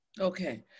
Okay